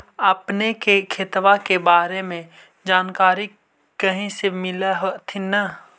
अपने के खेतबा के बारे मे जनकरीया कही से मिल होथिं न?